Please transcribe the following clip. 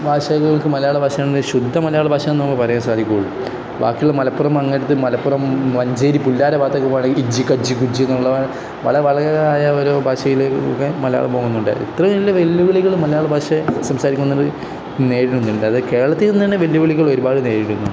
ഭാഷകൾക്ക് മലയാള ഭാഷ ശുദ്ധ മലയാള ഭാഷ എന്ന് നമുക്ക് പറയാൻ സാധിക്കുകയുള്ളൂ ബാക്കിയുള്ള മലപ്പുറം അങ്ങനത്തെ മലപ്പുറം മഞ്ചേരി പുല്ലാര ഭാഗത്തൊക്കെ പോകുകയാണെങ്കിൽ ഇജ്ജി കജ്ജി കുജ്ജി എന്നുള്ള വൾഗറായ ഓരോ ഭാഷയിൽ ഒക്കെ മലയാളം പോകുന്നുണ്ട് ഇത്ര വെല്ലുവിളികൾ മലയാള ഭാഷ സംസാരിക്കുന്നവർ നേരിടുന്നുണ്ട് അത് കേരളത്തിൽ നിന്ന് തന്നെ വെല്ലുവിളികൾ ഒരുപാട് നേരിടുന്നുണ്ട്